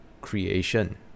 creation